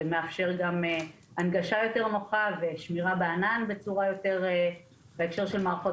זה מאפשר גם הנגשה יותר נוחה ושמירה בענן בהקשר של מערכות